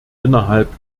innerhalb